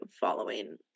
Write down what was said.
following